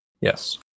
Yes